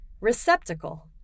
Receptacle